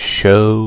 show